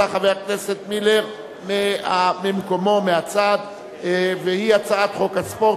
לחיילי מילואים ולבני משפחותיהם (תיקון,